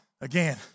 again